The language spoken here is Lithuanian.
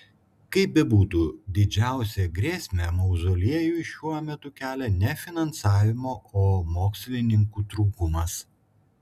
kaip bebūtų didžiausią grėsmę mauzoliejui šiuo metu kelia ne finansavimo o mokslininkų trūkumas